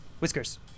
Whiskers